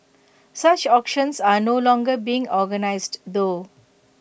such auctions are no longer being organised though